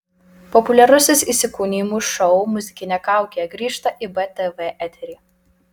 populiarusis įsikūnijimų šou muzikinė kaukė grįžta į btv eterį